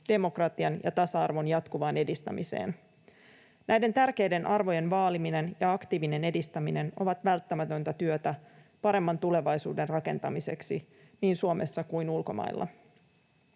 demokratian ja tasa-arvon jatkuvaan edistämiseen. Näiden tärkeiden arvojen vaaliminen ja aktiivinen edistäminen ovat välttämätöntä työtä paremman tulevaisuuden rakentamiseksi niin Suomessa kuin ulkomailla.